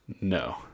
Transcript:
No